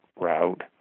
route